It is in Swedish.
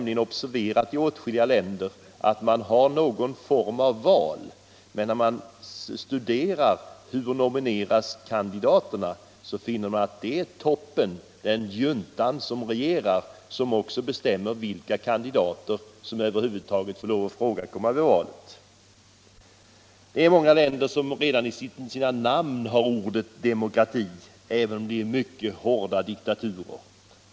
I åtskilliga länder har man någon form av val, men när man studerar hur kandidaterna nomineras finner man att det är landets topp, en junta som regerar, som bestämmer vilka kandidater som över huvud taget får ifrågakomma vid val. Det är många länder som redan i sina namn har ordet demokrati även om de är mycket hårda diktaturer.